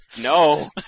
No